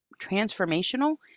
transformational